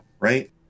right